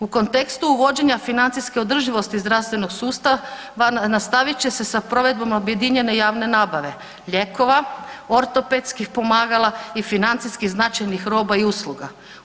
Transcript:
U kontekstu uvođenja financijske održivosti zdravstvenog sustava nastavit će se sa provedbom objedinjene javne nabave lijekova, ortopedskih pomagala i financijski značajnih roba i usluga.